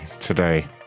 today